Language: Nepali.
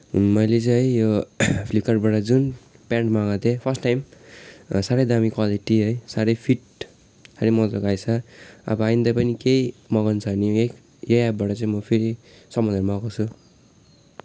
मैले चाहिँ यो फ्लिपकार्टबाट जुन प्यान्ट मगाएको थिएँ फर्स्ट टाइम साह्रै दामी क्वालिटी है साह्रै फिट साह्रै मज्जाको आएछ अब आइन्दा पनि केही मगाउनु छ भने है यही एप्पबाट चाहिँ म फेरि समानहरू मगाउँछु